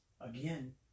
again